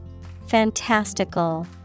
Fantastical